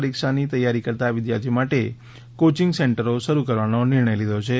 પરીક્ષાની તૈયારી કરતા વિદ્યાર્થીઓ માટે કોચીંગ સેન્ટરો શરૂ કરવાનો નિર્ણય લીધો છે